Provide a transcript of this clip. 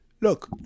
look